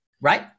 Right